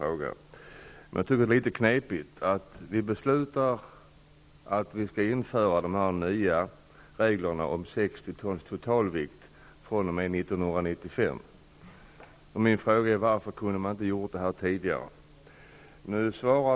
Herr talman! Jag tackar även för det här svaret på min fråga. Jag tycker att det är litet knepigt att vi beslutar att vi skall införa de nya reglerna om 60 tons totalvikt fr.o.m. 1995. Min fråga är: Varför kunde man inte ha gjort det tidigare?